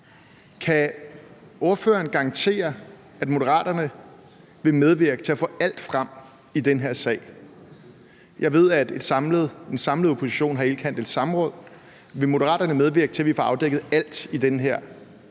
Kan ordføreren garantere, at Moderaterne vil medvirke til at få alt frem i den her sag? Jeg ved, at en samlet opposition har indkaldt til samråd, og vil Moderaterne medvirke til, at vi får afdækket alt i den her meget